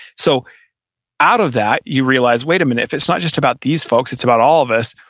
so out of that you realize, wait a minute, if it's not just about these folks, it's about all of us.